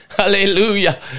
Hallelujah